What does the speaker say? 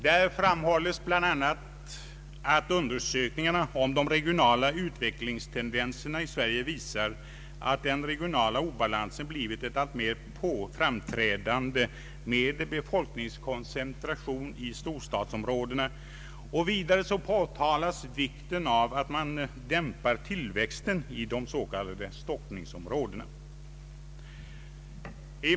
Där framhålles bl.a. att undersökningarna om de regionala utvecklingstendenserna i Sverige visar att den regionala obalansen blivit alltmer framträdande med befolkningskoncentration i storstadsområdena,. Vidare påtalas vikten av att man dämpar tillväxten i de s.k. stockningsområdena.